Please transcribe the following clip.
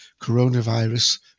coronavirus